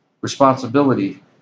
responsibility